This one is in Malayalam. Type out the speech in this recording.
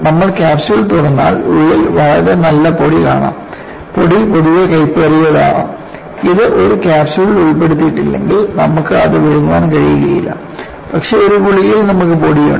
നമ്മൾ കാപ്സ്യൂൾ തുറന്നാൽ ഉള്ളിൽ വളരെ നല്ല പൊടി കാണാം പൊടി പൊതുവേ കയ്പേറിയേക്കാം ഇത് ഒരു കാപ്സ്യൂളിൽ ഉൾപ്പെടുത്തിയിട്ടില്ലെങ്കിൽ നമുക്ക് അത് വിഴുങ്ങാൻ കഴിയില്ല പക്ഷേ ഒരു ഗുളികയിൽ നമുക്ക് പൊടി ഉണ്ട്